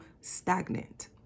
stagnant